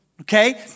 Okay